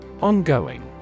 Ongoing